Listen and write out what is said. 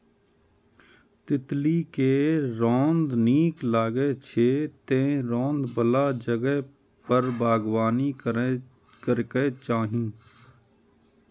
तितली कें रौद नीक लागै छै, तें रौद बला जगह पर बागबानी करैके चाही